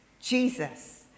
Jesus